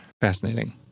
Fascinating